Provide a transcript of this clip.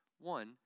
One